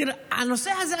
הנושא הזה,